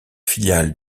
filiale